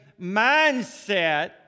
mindset